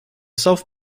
south